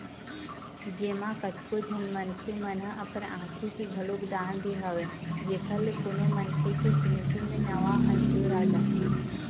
जेमा कतको झन मनखे मन ह अपन आँखी के घलोक दान दे हवय जेखर ले कोनो मनखे के जिनगी म नवा अंजोर आ जाथे